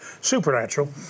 supernatural